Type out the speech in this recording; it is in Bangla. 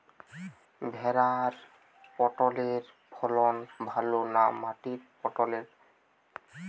ভেরার পটলের ফলন ভালো না মাটির পটলের?